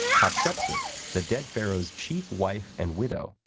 hatshepsut, the dead pharaoh's chief wife and widow,